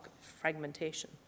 fragmentation